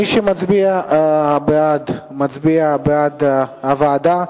מי שמצביע בעד, מצביע בעד ועדה.